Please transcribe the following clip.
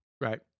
right